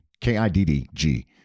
K-I-D-D-G